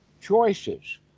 choices